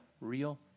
real